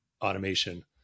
automation